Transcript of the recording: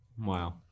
Wow